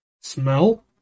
Smell